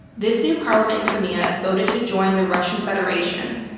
this new parliament in crimea voted to join the russian federation,